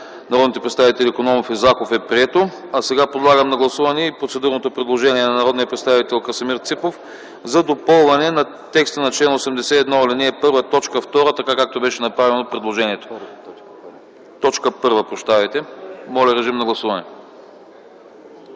народните представители Икономов и Захов е прието. Сега подлагам на гласуване процедурното предложение на народния представител Красимир Ципов за допълване на текста на чл. 81, ал. 1, т. 1, така както беше направено предложението. Гласували 84 народни